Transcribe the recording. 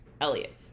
Elliot